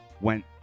went